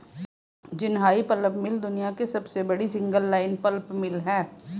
Jinhai pulp mill दुनिया की सबसे बड़ी सिंगल लाइन पल्प मिल है